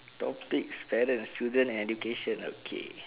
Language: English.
topic parents student and education okay